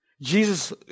Jesus